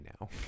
now